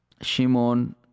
Shimon